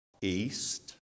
East